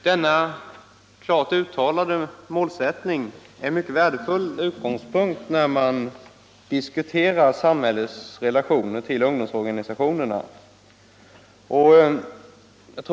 Denna klart uttalade målsättning är en värdefull utgångspunkt när man diskuterar samhällets relationer till ungdomsorganisationerna.